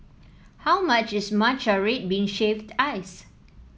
how much is Matcha Red Bean Shaved Ice